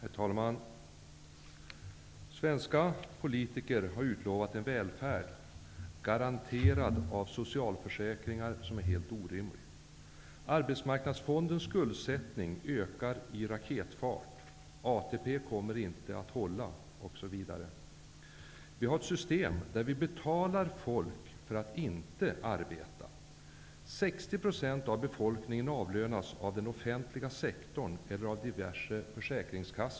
Herr talman! Svenska politiken har utlovat en välfärd, garanterad av socialförsäkringar, som är helt orimlig. Arbetsmarknadsfondens skuldsättning ökar i raketfart. ATP kommer inte att hålla, osv. Vi har ett system, där vi betalar folk för att inte arbeta. 60 % av befolkningen avlönas av den offentliga sektorn eller av diverse försäkringskassor.